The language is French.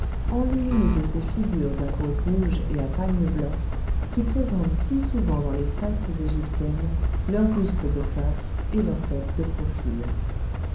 enluminés de ces figures à peau rouge et à pagne blanc qui présentent si souvent dans les fresques égyptiennes leur buste de face et leur tête de profil